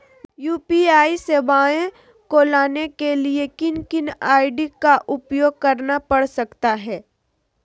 UPI सेवाएं को लाने के लिए किन किन आई.डी का उपयोग करना पड़ सकता है?